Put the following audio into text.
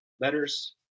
letters